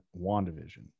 wandavision